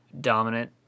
dominant